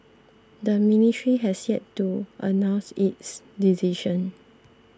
the ministry has yet to announce its decision